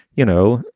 you know,